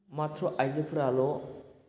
माथ्र' आयजोफ्राल'